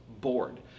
bored